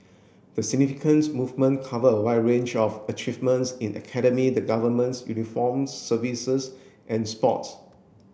the significance moment cover a wide range of achievements in academy the Governments uniforms services and sports